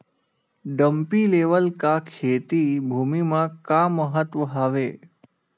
Dumpy level का खेती भुमि म का महत्व हावे?